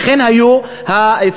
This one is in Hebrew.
ולכן הציונים היו נמוכים.